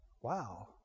Wow